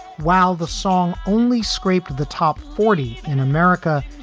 while the song only scraped the top forty in america.